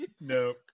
No